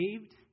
saved